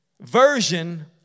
Version